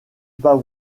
pas